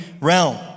realm